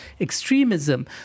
extremism